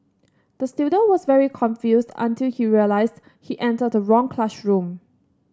the student was very confused until he realised he entered the wrong classroom